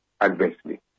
adversely